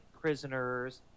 prisoners